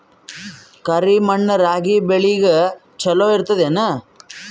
ಕರಿ ಮಣ್ಣು ರಾಗಿ ಬೇಳಿಗ ಚಲೋ ಇರ್ತದ ಏನು?